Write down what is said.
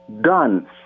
done